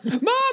mom